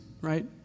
right